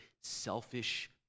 selfish